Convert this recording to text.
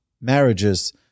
marriages